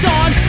on